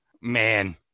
Man